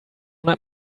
schon